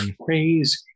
Crazy